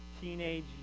teenage